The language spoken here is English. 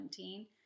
2017